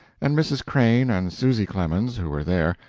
and mrs. crane and susy clemens, who were there,